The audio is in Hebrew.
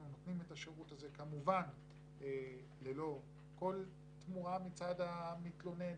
אנחנו נותנים את השירות הזה כמובן ללא כל תמורה מצד המתלונן,